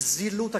זילות הכנסת,